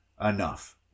enough